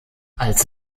als